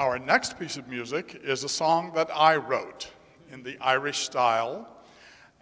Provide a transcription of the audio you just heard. our next piece of music is a song that i wrote in the irish style